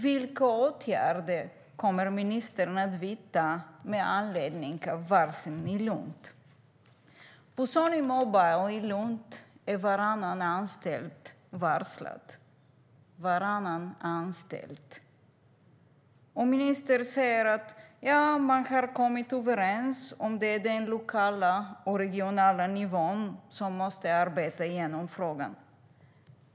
Vilka åtgärder kommer ministern att vidta med anledningen av varslen i Lund? På Sony Mobile i Lund är varannan anställd varslad. Ministern säger att man har kommit överens på den lokala och regionala nivån och att man där måste arbeta igenom frågan.